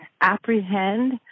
apprehend